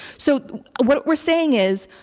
so what we're saying is,